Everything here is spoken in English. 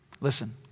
Listen